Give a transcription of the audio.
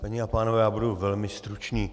Paní a pánové, já budu velmi stručný.